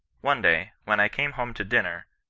one day, when i came home to dinner,